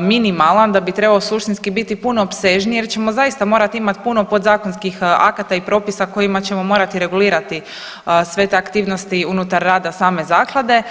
minimalan, da bi trebao suštinski biti puno opsežniji jer ćemo zaista morati imati puno podzakonskih akata i propisa kojima ćemo morati regulirati sve te aktivnosti unutar rada same zaklade.